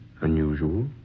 unusual